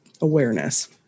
awareness